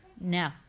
No